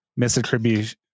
misattribution